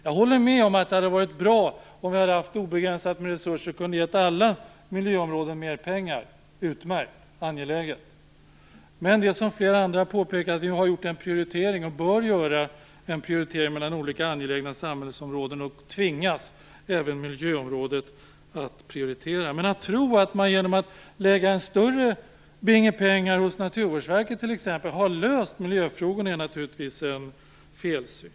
Jag håller med om att det skulle ha varit bra om vi hade haft obegränsade resurser och om vi hade kunnat ge alla miljöområden mera pengar. Det är ju både utmärkt och angeläget. Som flera andra påpekat har vi gjort en prioritering, och det är något som också bör göras, mellan olika angelägna samhällsområden. Då tvingas även miljöområdet att prioritera. Att tro att man, genom att lägga en större binge pengar hos Naturvårdsverket t.ex., har löst miljöfrågorna är naturligtvis en felsyn.